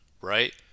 Right